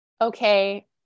okay